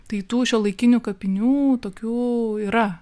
tai tų šiuolaikinių kapinių tokių yra